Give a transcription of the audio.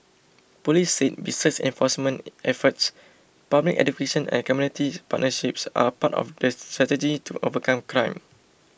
police said besides enforcement efforts public education and community partnerships are part of the strategy to overcome crime